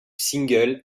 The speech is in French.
single